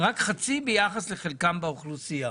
רק חצי ביחס לחלקם באוכלוסייה.